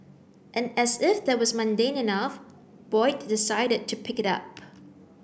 and as if that was mundane enough Boyd decided to pick it up